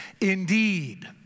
Indeed